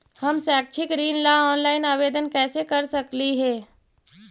हम शैक्षिक ऋण ला ऑनलाइन आवेदन कैसे कर सकली हे?